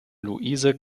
louise